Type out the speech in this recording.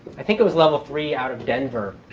i think it was level three out of denver.